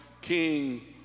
king